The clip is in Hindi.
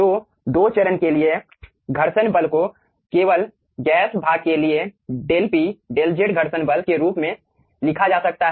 तो दो चरण के लिए घर्षण बल को केवल गैस भाग के लिए डेल P डेल Z घर्षण बल के रूप में लिखा जा सकता है